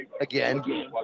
again